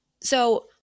So-